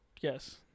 Yes